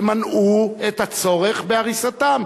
ומנעו את הצורך בהריסתם.